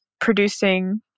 producing